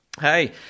hey